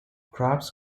crops